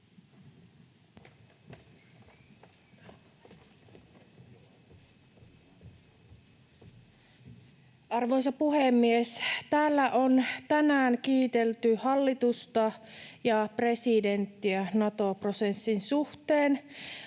Arvoisa puhemies! Täällä on tänään kiitelty hallitusta ja presidenttiä Nato-prosessin suhteen.